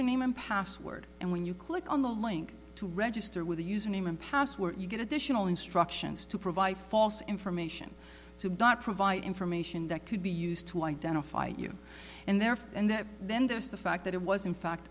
and password and when you click on the link to register with the username and password you get additional instructions to provide false information to provide information that could be used to identify you and therefore and then there's the fact that it was in fact